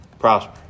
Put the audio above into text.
prosper